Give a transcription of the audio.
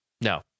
No